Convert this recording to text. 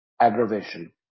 Aggravation